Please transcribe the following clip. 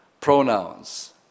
Pronouns